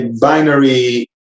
binary